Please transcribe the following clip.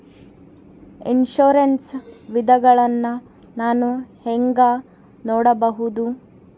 Insurance ವಿಧಗಳನ್ನ ನಾನು ಹೆಂಗ ನೋಡಬಹುದು?